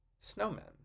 snowmen